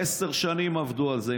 עשר שנים עבדו על זה,